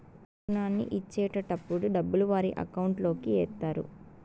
రుణాన్ని ఇచ్చేటటప్పుడు డబ్బులు వారి అకౌంట్ లోకి ఎత్తారు